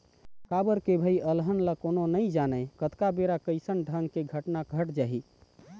काबर के भई अलहन ल कोनो नइ जानय कतका बेर कइसन ढंग के घटना घट जाही